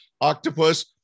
octopus